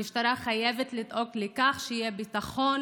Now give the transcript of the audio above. המשטרה חייבת לדאוג לכך שיהיה ביטחון